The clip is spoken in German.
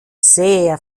sehr